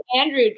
Andrew